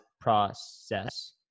process